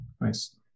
Nice